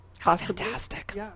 Fantastic